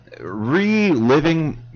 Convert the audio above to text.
reliving